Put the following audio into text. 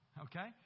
Okay